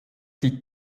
die